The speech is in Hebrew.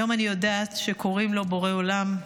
היום אני יודעת שקוראים לו בורא עולם,